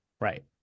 Right